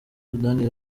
sudani